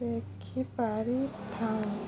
ଦେଖିପାରିଥାଉ